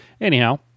anyhow